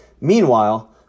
Meanwhile